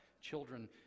children